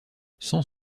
sans